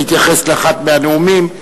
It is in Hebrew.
להתייחס לאחד מהנאומים,